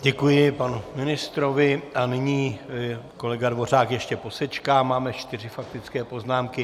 Děkuji panu ministrovi a nyní kolega Dvořák ještě posečká máme čtyři faktické poznámky.